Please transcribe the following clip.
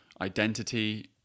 identity